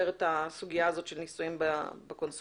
את הסוגיה הזאת של נישואים בקונסוליה.